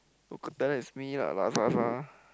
local talent is me lah